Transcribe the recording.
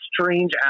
strange